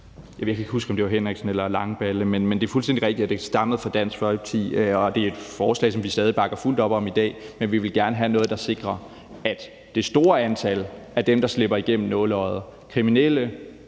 Jeg kan ikke huske, om det var Martin Henriksen eller Langballe , men det er fuldstændig rigtigt, at det stammer fra Dansk Folkeparti, og det er et forslag, som vi stadig bakker fuldt op om i dag. Men vi vil gerne have noget, der sikrer, at det store antal af dem, der slipper gennem nåleøjet – kriminelle,